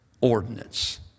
Ordinance